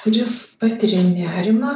kuris patiria nerimą